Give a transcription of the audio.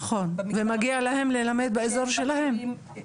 נכון ומגיע להם ללמד באזור שלהם.